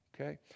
okay